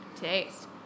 Taste